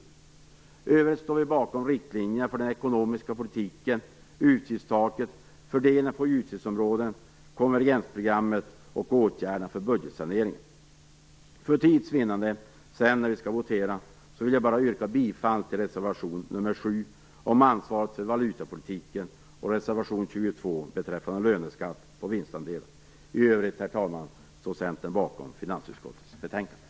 I övrigt står vi bakom riktlinjerna för den ekonomiska politiken, utgiftstaket, fördelningen på utgiftsområden, konvergensprogrammet och åtgärderna för budgetsaneringen. För tids vinnande vid voteringen yrkar jag bara bifall till reservation nr 7 om ansvaret för valutapolitiken samt till reservation nr 22 om löneskatt på vinstandelar. I övrigt, herr talman, står Centern bakom hemställan i finansutskottets betänkande.